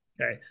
Okay